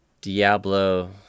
Diablo